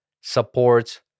supports